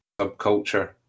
subculture